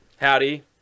Howdy